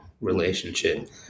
relationship